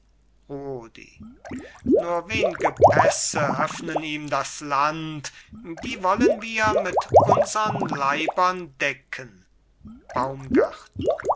nur wen'ge pässe öffnen ihm das land die wollen wir mit unsern leibern decken